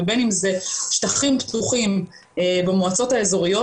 ובין אם זה שטחים פתוחים במועצות האיזוריות,